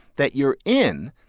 that you're in,